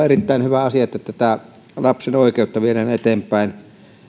erittäin hyvä asia että lapsen oikeutta viedään eteenpäin